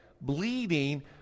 bleeding